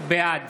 בעד